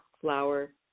flower